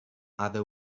other